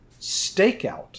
Stakeout